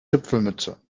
zipfelmütze